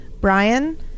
Brian